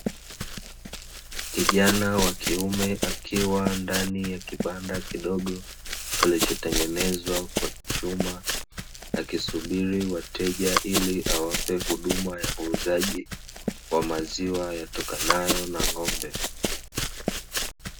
Kijana wa kiume akiwa ndani ya kibanda kidogo kilichotengenezwa kwa chuma, akisubiri wateja ili awape huduma ya uuzaji wa maziwa yatokanayo na ng'ombe.